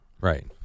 right